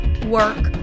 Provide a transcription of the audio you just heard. work